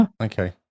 Okay